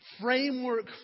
framework